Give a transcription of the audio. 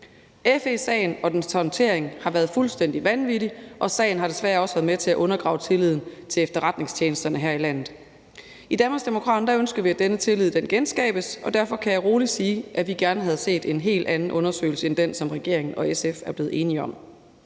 FE-sagen og dens håndtering har været fuldstændig vanvittig, og sagen har desværre også været med til at undergrave tilliden til efterretningstjenesterne her i landet. I Danmarksdemokraterne ønsker vi, at denne tillid genskabes, og derfor kan jeg rolig sige, at vi gerne havde set en helt anden undersøgelse end den, som regeringen og SF er blevet enige om.